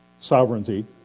sovereignty